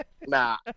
Nah